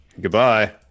Goodbye